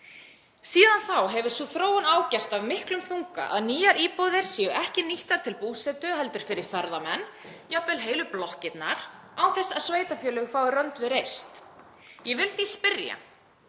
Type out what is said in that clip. Síðan þá hefur sú þróun ágerst af miklum þunga að nýjar íbúðir séu ekki nýttar til búsetu heldur fyrir ferðamenn, jafnvel heilu blokkirnar, án þess að sveitarfélög fái rönd við reist. Ég vil því spyrja: